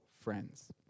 friends